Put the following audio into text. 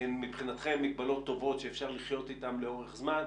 הן מבחינתכם מגבלות טובות שאפשר לחיות איתן לאורך זמן,